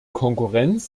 konkurrenz